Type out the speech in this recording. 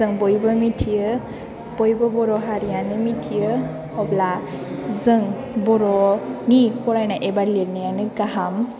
जों बयबो मिथियो बयबो बर' हारियानो मिथियो अब्ला जों बर' नि फरायनाय एबा लिरनायानो गाहाम